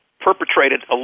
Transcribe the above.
perpetrated